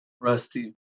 Rusty